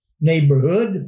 neighborhood